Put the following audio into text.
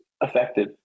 effective